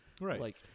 Right